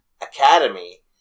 Academy